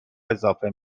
اضافه